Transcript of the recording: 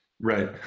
Right